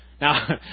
Now